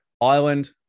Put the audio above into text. Ireland